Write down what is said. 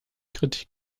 kritik